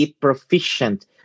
proficient